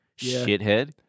Shithead